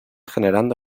generando